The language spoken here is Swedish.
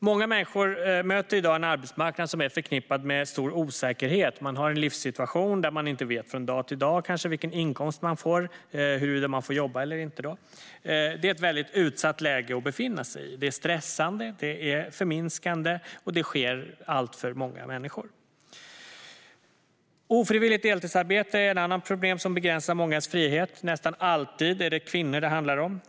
Många människor möter i dag en arbetsmarknad som är förknippad med stor osäkerhet. Man har en livssituation som innebär att man inte vet från dag till dag vilken inkomst man får, alltså huruvida man får jobba eller inte. Det är ett väldigt utsatt läge att befinna sig i. Det är stressande och förminskande, och så är det för alltför många människor. Ofrivilligt deltidsarbete är ett annat problem som begränsar mångas frihet. Det handlar nästan alltid om kvinnor.